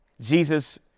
Jesus